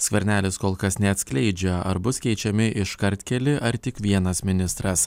skvernelis kol kas neatskleidžia ar bus keičiami iškart keli ar tik vienas ministras